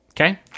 Okay